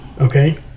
Okay